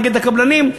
נגד הקבלנים,